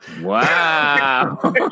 Wow